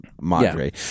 Madre